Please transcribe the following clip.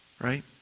Right